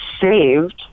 saved